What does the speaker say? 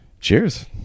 Cheers